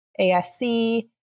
ASC